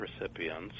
recipients